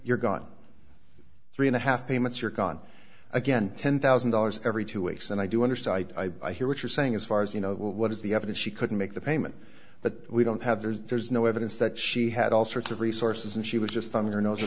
you're gone three and a half payments you're gone again ten thousand dollars every two weeks and i do understand i hear what you're saying as far as you know what is the evidence she couldn't make the payment but we don't have there's no evidence that she had all sorts of resources and she was just on her nose